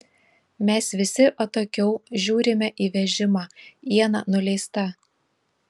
mes visi atokiau žiūrime į vežimą iena nuleista